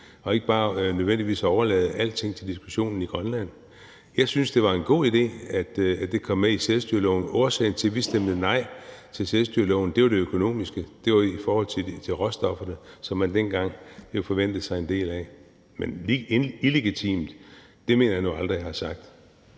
man ikke nødvendigvis overlader alt til diskussion i Grønland. Jeg synes, det var en god idé, at det kom med i selvstyreloven, og årsagen til, at vi stemte nej til selvstyreloven, var det økonomiske, det var i forhold til råstofferne, som man dengang forventede sig en del af. Men illegitimt mener jeg nu aldrig jeg har sagt.